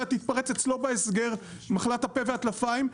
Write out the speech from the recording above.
תתפרץ אצלו בהסגר מחלת הפה והטלפיים,